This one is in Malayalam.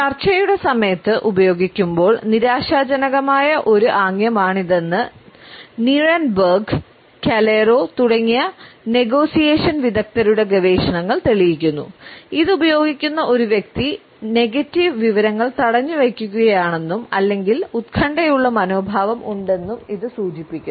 ചർച്ചയുടെ സമയത്ത് ഉപയോഗിക്കുമ്പോൾ നിരാശാജനകമായ ഒരു ആംഗ്യമാണിതെന്ന് നീരൻബെർഗ് തുടങ്ങിയ നെഗോഷ്യേഷൻ വിദഗ്ധരുടെ ഗവേഷണങ്ങൾ തെളിയിക്കുന്നു ഇത് ഉപയോഗിക്കുന്ന ഒരു വ്യക്തി നെഗറ്റീവ് വിവരങ്ങൾ തടഞ്ഞുവയ്ക്കുകയാണെന്നും അല്ലെങ്കിൽ ഉത്കണ്ഠയുള്ള മനോഭാവം ഉണ്ടെന്നും ഇത് സൂചിപ്പിക്കുന്നു